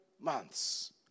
months